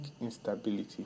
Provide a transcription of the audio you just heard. instability